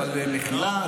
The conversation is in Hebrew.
אבל במחילה,